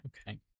okay